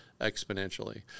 exponentially